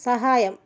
സഹായം